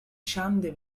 schande